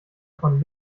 von